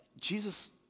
Jesus